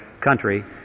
country